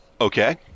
Okay